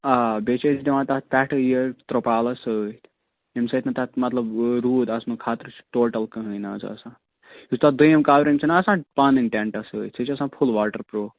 آ بیٚیہِ چھِ أسۍ دِوان تَتھ پٮ۪ٹھٕ یہِ ترٛوپال حظ سۭتۍ ییٚمہِ سۭتۍ نہٕ تَتھ مطلب روٗد اَژنُک خطرٕ چھِ ٹوٹَل کٔہٕنٛۍ نہٕ حظ آسان یُس تَتھ دوٚیِم کورِنٛگ چھنا آسان پَنٕنۍ ٹٮ۪نٛٹَس سۭتۍ سُہ چھِ آسان فُل واٹَر پرٛوٗف